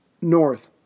north